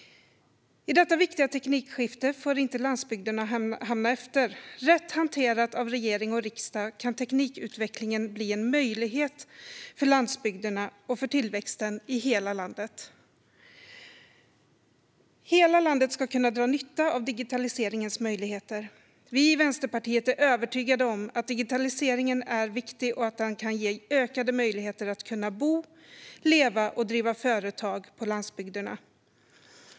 I detta viktiga teknikskifte får inte landsbygderna hamna efter. Rätt hanterad av regering och riksdag kan teknikutvecklingen bli en möjlighet för landsbygderna och för tillväxten i hela landet. Hela landet ska kunna dra nytta av digitaliseringens möjligheter. Vi i Vänsterpartiet är övertygade om att digitaliseringen är viktig och att den kan ge ökade möjligheter att bo, leva och driva företag på landsbygderna.